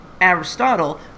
Aristotle